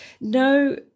no